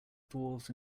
dwarves